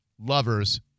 lover's